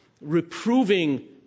reproving